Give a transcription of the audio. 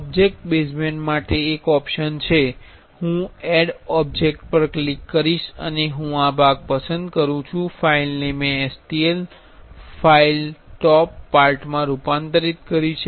object basement માટે એક option છે હું એડ ઓબ્જેક્ટ પર ક્લિક કરીશ અને હું આ ભાગ પસંદ કરું છું ફાઇલને મેં STL ફાઇલ ટોપ પાર્ટ માં રૂપાંતરિત કરી છે